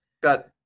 got